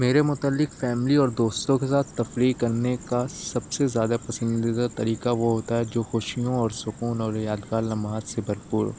میرے متعلق فیملی اور دوستوں کے ساتھ تفریح کرنے کا سب سے زیادہ پسندیدہ طریقہ وہ ہوتا ہے جو خوشیوں اور سکون اور یادگار لمحات سے بھرپور